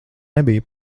nebija